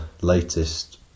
latest